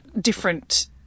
different